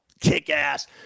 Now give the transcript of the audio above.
kick-ass